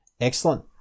Excellent